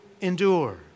endure